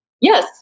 Yes